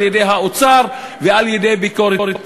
על-ידי האוצר ועל-ידי ביקורת ציבורית.